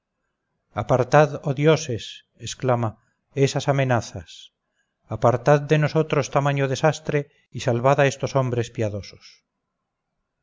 apartad oh dioses exclama esas amenazas apartad de nosotros tamaño desastre y salvad a estos hombres piadosos